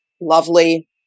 lovely